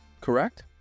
correct